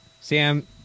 Sam